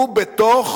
הוא בתוך